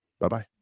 Bye-bye